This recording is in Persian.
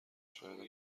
شایدم